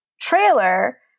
trailer